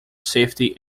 safety